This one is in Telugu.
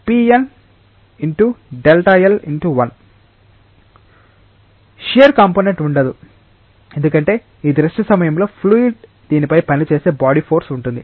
షియర్ కంపోనెంట్ ఉండదు ఎందుకంటే ఇది రెస్ట్ సమయంలో ఫ్లూయిడ్ దీనిపై పనిచేసే బాడీ ఫోర్స్ ఉంటుంది